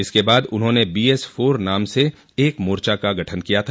इसके बाद उन्होंने बीएस फोर नाम से एक मोर्चो का गठन किया था